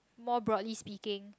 more broadly speaking